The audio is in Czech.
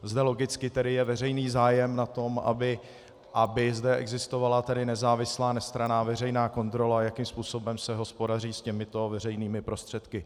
Zde logicky tedy je veřejný zájem na tom, aby zde existovala nezávislá, nestranná veřejná kontrola, jakým způsobem se hospodaří s těmito veřejnými prostředky.